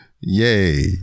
Yay